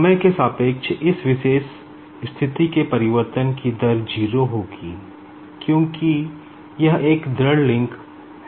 समय के सापेक्ष इस विशेष स्थिति के परिवर्तन की दर 0 होगी क्योंकि यह एक दृढ लिंक है